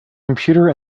computer